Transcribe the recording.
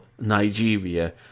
Nigeria